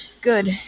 Good